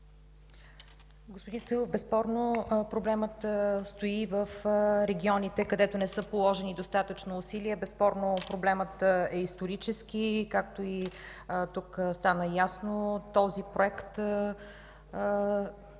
Господин Стоилов, безспорно проблемът стои в регионите, където не са положени достатъчно усилия. Безспорно проблемът е исторически, както и тук стана ясно. Този проект обаче